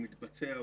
הוא מתבצע,